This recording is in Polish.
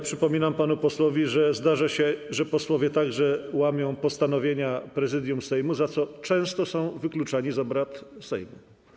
Przypominam panu posłowi, że zdarza się, że posłowie także łamią postanowienia Prezydium Sejmu, za co często są wykluczani z obrad Sejmu.